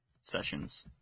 sessions